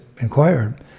inquired